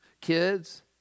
kids